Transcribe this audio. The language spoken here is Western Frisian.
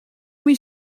myn